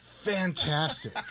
fantastic